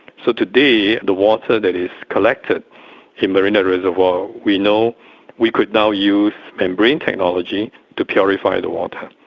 so today the water that is collected in marina reservoir, we know we could now use membrane technology to purify the water.